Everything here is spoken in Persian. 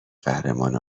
قهرمان